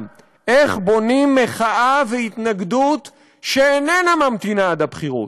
איך בונים מחאה והתנגדות שאיננה ממתינה עד הבחירות,